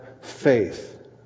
faith